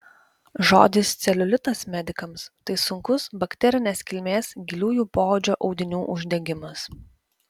žodis celiulitas medikams tai sunkus bakterinės kilmės giliųjų poodžio audinių uždegimas